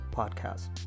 podcast